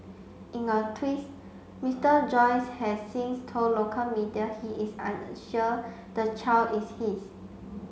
in a twist Mister Joyce has since told local media he is unsure the child is his